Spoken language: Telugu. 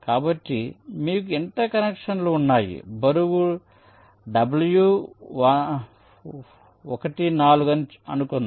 కాబట్టి మీకు ఇంటర్ కనెక్షన్లు ఉన్నాయి బరువు w14 అని అనుకుందాం